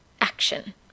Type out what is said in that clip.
action